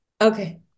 Okay